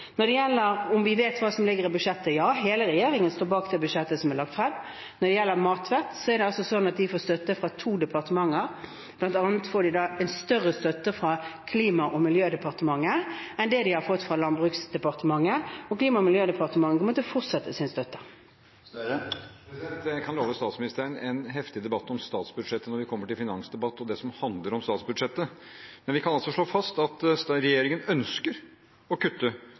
Når det gjelder om vi vet hva som ligger i budsjettet: Ja, hele regjeringen står bak det budsjettet som er lagt frem. Når det gjelder Matvett, er det sånn at de får støtte fra to departementer. Blant annet får de en større støtte fra Klima- og miljødepartementet enn det de har fått fra Landbruks- og matdepartementet, og Klima- og miljødepartementet kommer til å fortsette sin støtte. Jeg kan love statsministeren en heftig debatt om statsbudsjettet når vi kommer til finansdebatten og det som handler om statsbudsjettet. Men vi kan altså slå fast at regjeringen ønsker å kutte